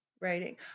writing